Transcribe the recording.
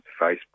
Facebook